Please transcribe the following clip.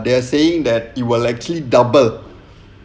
they are saying that it will actually double